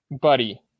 Buddy